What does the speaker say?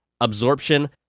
absorption